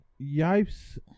Yipes